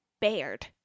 bared